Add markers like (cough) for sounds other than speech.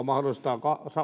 (unintelligible) mahdollistaa